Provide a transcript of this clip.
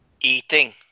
Eating